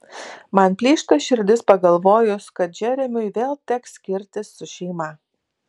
man plyšta širdis pagalvojus kad džeremiui vėl teks skirtis su šeima